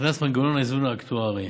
נכנס מנגנון האיזון האקטוארי.